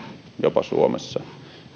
jopa paranee suomessa